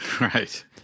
Right